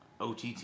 OTT